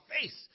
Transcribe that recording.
face